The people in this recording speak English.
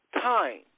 time